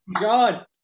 John